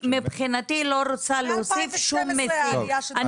אני מבחינתי לא רוצה להוסיף שום מיסים.